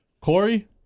Corey